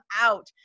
out